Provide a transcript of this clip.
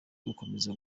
gukomeza